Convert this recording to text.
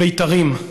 בית"רים.